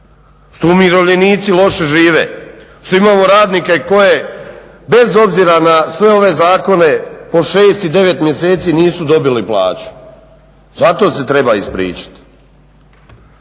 što umirovljenici loše žive, što imamo radnike koje bez obzira na sve ove zakone po 6 i 9 mjeseci nisu dobili plaću, zato se treba ispričati.